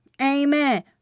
Amen